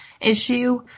issue